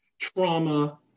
Trauma